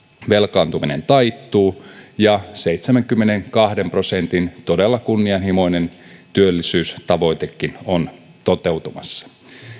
velkaantuminen taittuu ja seitsemänkymmenenkahden prosentin todella kunnianhimoinen työllisyystavoitekin on toteutumassa